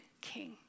king